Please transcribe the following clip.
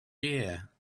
year